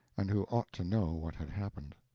and who ought to know what had happened.